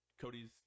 Cody's